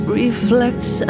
reflects